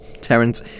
Terence